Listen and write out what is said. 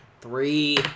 Three